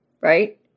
right